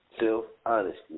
Self-honesty